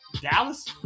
Dallas